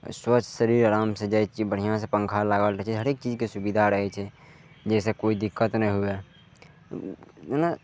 स्वस्थ शरीर आरामसँ जाइ छियै बढ़िआँसँ पङ्खा लागल रहय छै हरेक चीजके सुविधा रहय छै जाहिसँ कोइ दिक्कत नहि हुअए नै